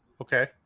okay